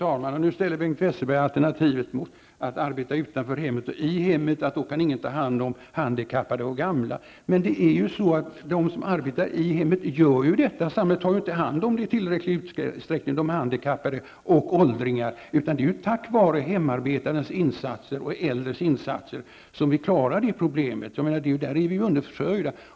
Fru talman! Nu ställer Bengt Westerberg alternativet att arbeta utanför hemmet mot alternativet att arbeta i hemmet, och han säger att om man väljer det senare alternativet kan ingen ta hand om handikappade och gamla. Men de som arbetar i hemmet gör ju redan detta, eftersom samhället inte i tillräckligt stor utsträckning tar hand om handikappade och åldringar. Det är i stället tack vare de hemarbetandes insatser och äldres insatser som vi klarar det problemet. På det området är vi ju underförsörjda.